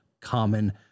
common